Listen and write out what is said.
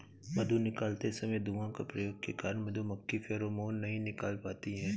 मधु निकालते समय धुआं का प्रयोग के कारण मधुमक्खी फेरोमोन नहीं निकाल पाती हैं